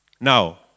now